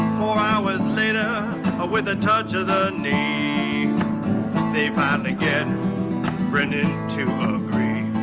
four hours later with a touch of the knee they finally get brendan to agree.